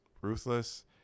ruthless